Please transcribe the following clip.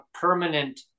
permanent